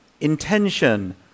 intention